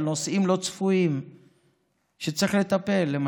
של נושאים לא צפויים שצריך לטפל בהם,